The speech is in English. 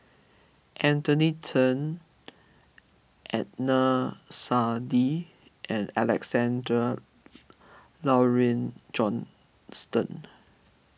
Anthony Chen Adnan Saidi and Alexander Laurie Johnston